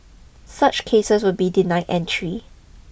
such cases will be denied entry